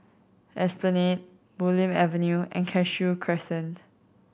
Esplanade Bulim Avenue and Cashew Crescent